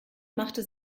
machte